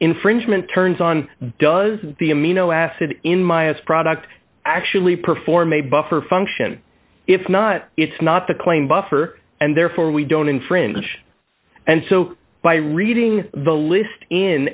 infringement turns on does the amino acid in my house product actually perform a buffer function if not it's not the claim buffer and therefore we don't infringe and so by reading the list in